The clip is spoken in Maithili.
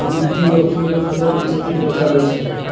मिट्टी रो कीड़े फसल के क्षति पहुंचाबै छै